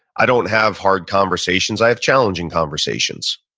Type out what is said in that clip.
i don't have hard conversations, i have challenging conversations.